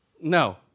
No